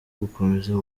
gukomeza